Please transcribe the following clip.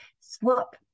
swap